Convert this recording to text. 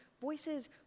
voices